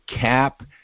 cap